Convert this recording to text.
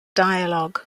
dialogue